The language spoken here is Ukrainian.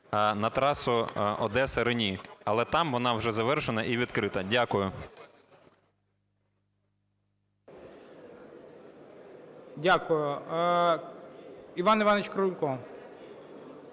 на трасу Одеса – Рені. Але там вона вже завершена і відкрита. Дякую. ГОЛОВУЮЧИЙ. Дякую. Іван Іванович Крулько.